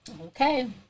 Okay